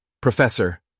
Professor